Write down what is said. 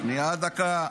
שנייה, דקה.